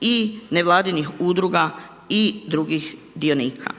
i nevladinih udruga i drugih dionika.